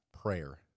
prayer